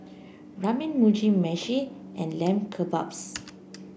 Ramen Mugi Meshi and Lamb Kebabs